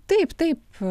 taip taip